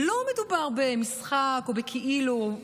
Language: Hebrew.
לא מדובר במשחק או בכאילו,